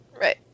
Right